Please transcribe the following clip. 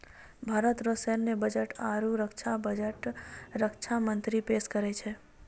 भारत रो सैन्य बजट आरू रक्षा बजट रक्षा मंत्री पेस करै छै